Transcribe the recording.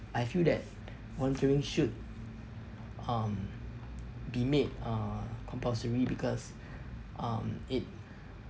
I feel that volunteering should um be made uh compulsory because um it